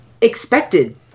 expected